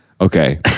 Okay